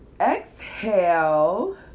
Exhale